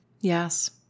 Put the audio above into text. yes